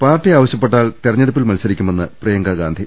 party ആവശ്യപ്പെട്ടാൽ തിരഞ്ഞെടുപ്പിൽ മത്സരിക്കുമെന്ന് പ്രിയങ്ക ഗാന്ധി